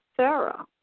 Sarah